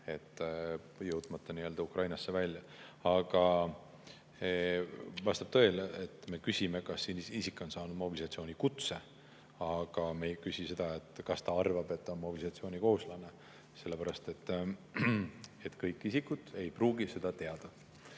jõudmata Ukrainasse välja. Vastab tõele, et me küsime, kas isik on saanud mobilisatsioonikutse. Aga me ei küsi seda, kas ta arvab, et ta on mobilisatsioonikohuslane, sellepärast et kõik isikud ei pruugi seda teada.